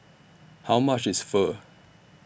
How much IS Pho